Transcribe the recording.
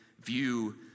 view